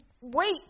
wait